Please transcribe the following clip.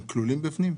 הם כלולים בפנים?